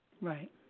Right